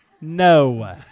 No